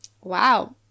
wow